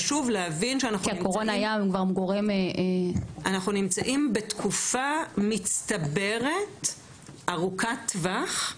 חשוב להבין שאנחנו נמצאים בתקופה מצטברת ארוכת טווח,